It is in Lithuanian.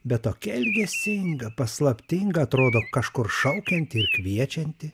bet tokia ilgesinga paslaptinga atrodo kažkur šaukianti ir kviečianti